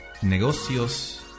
negocios